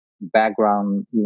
background